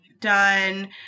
done